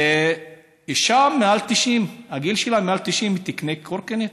אישה מעל גיל 90 תקנה קורקינט?